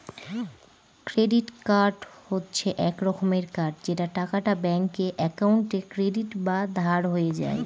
credit card হচ্ছে এক রকমের কার্ড যে টাকাটা ব্যাঙ্ক একাউন্টে ক্রেডিট বা ধার হয়ে যায়